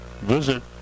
Visit